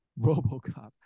RoboCop